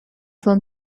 film